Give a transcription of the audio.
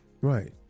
Right